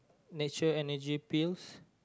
nature Energy Pills